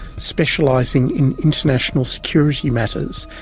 specialising in international security matters.